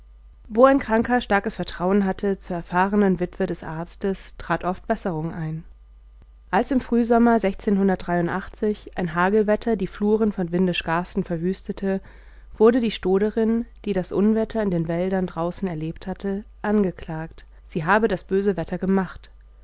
wo ein kranker starkes vertrauen hatte zur erfahrenen witwe des arztes trat oft besserung ein als im frühsommer ein hagelwetter die fluren von windisch garsten verwüstete wurde die stoderin die das unwetter in den wäldern draußen erlebt hatte angeklagt sie habe das böse wetter gemacht